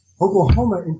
Oklahoma